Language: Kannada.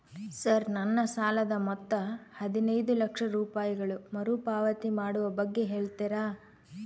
ಸರ್ ನನ್ನ ಸಾಲದ ಮೊತ್ತ ಹದಿನೈದು ಲಕ್ಷ ರೂಪಾಯಿಗಳು ಮರುಪಾವತಿ ಮಾಡುವ ಬಗ್ಗೆ ಹೇಳ್ತೇರಾ?